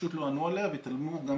פשוט לא ענו עליה והתעלמו גם